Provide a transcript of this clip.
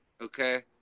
okay